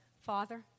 Father